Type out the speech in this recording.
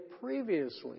previously